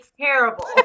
terrible